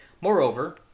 Moreover